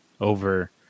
over